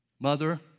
mother